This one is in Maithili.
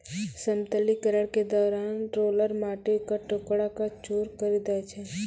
समतलीकरण के दौरान रोलर माटी क टुकड़ा क चूर करी दै छै